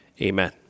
Amen